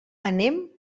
anem